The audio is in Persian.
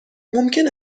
ممکن